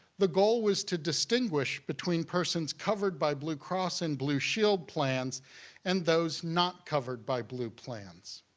the goal was to distinguish between persons covered by blue cross and blue shield plans and those not covered by blue plans.